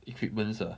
equipments ah